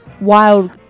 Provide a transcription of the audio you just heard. wild